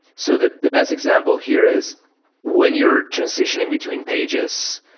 so the the best example here is when you're transitioning between pages,